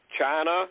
China